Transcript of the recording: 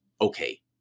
Okay